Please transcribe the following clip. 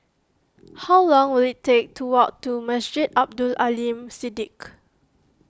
how long will it take to walk to Masjid Abdul Aleem Siddique